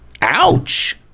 ouch